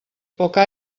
poca